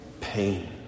pain